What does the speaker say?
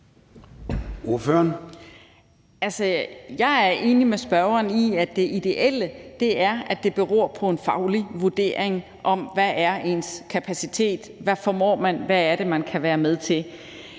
jeg er enig med spørgeren i, at det ideelle er, at det beror på en faglig vurdering af, hvad ens kapacitet er, hvad man formår, og hvad man kan være med til.